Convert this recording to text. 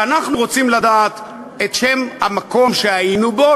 ואנחנו רוצים לדעת את שם המקום שהיינו בו,